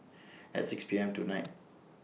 At six P M tonight